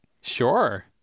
Sure